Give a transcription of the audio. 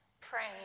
praying